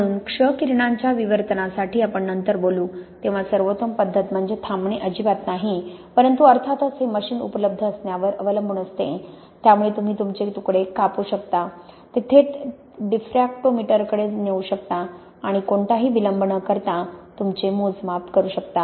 म्हणून क्ष किरणांच्या विवर्तनासाठी आपण नंतर बोलू तेव्हा सर्वोत्तम पद्धत म्हणजे थांबणे अजिबात नाही परंतु अर्थातच हे मशीन उपलब्ध असण्यावर अवलंबून असते त्यामुळे तुम्ही तुमचे तुकडे कापू शकता ते थेट डिफ्रॅक्टोमीटरकडे नेऊ शकता आणि कोणताही विलंब न करता तुमचे मोजमाप करू शकता